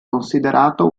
considerato